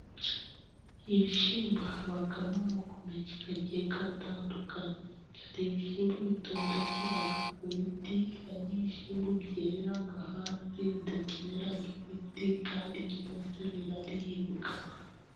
Ibishyimbo habagamo amoko menshi gagiye gatandukanye; hari ibishimbo bitondagiraga ku biti, hari n'ibishyimbo byeraga bidakene ibiti kandi byose biraribwa.